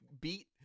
beat